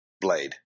blade